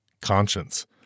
Conscience